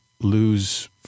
lose